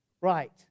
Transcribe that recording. Right